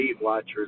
Watchers